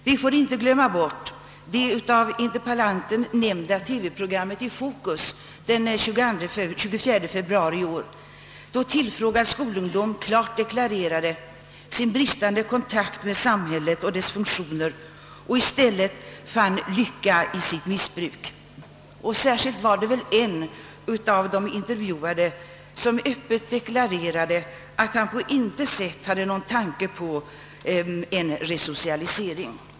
Vi får inte glömma bort det av interpellanten nämnda TV-programmet i Fokus den 24 februari i år, varvid tillfrågad skolungdom klart deklarerade sin bristande kontakt med samhället och dess funktioner och i stället enligt sina uppgifter fann lycka i sitt missbruk. Det var särskilt en av de intervjuade, som öppet deklarerade att han på intet sätt hade någon tanke på en resocialisering.